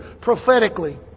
prophetically